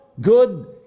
good